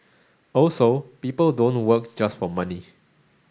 also people don't work just for money